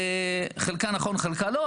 חלקה נכון וחלקה לא,